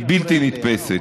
היא בלתי נתפסת.